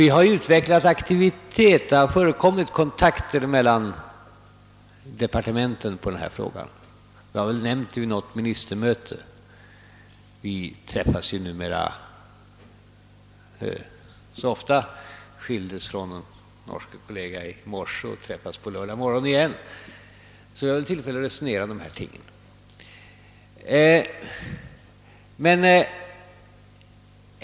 Vi har dock utvecklat aktivitet, och det har förekommit kontakter mellan departementen i denna fråga. Vi har nämnt den vid något ministermöte; vi träffas numera så ofta — jag skildes från min norske kollega i morse och möter honom igen på lördag — att vi har gott om tillfällen att resonera om dessa ting.